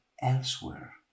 elsewhere